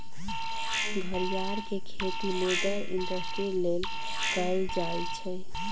घरियार के खेती लेदर इंडस्ट्री लेल कएल जाइ छइ